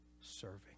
serving